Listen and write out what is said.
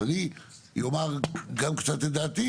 אני אומר גם קצת את דעתי,